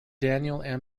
daniel